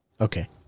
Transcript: Okay